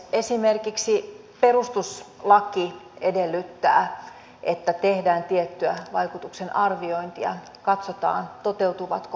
esimerkiksi perustuslaki edellyttää että tehdään tiettyä vaikutusten arviointia katsotaan toteutuvatko perusoikeudet